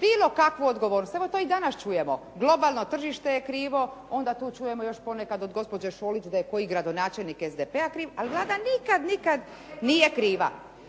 bilo kakvu odgovornost. Evo to i dana čujemo. Globalno tržište je krivo, onda tu čujemo ponekad od gospođe Šolić da je koji gradonačelnik SDP-a kriv, ali Vlada nikad, nikad nije kriva.